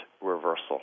reversal